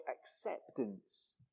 acceptance